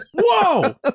Whoa